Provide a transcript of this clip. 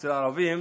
ואצל הערבים